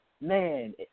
man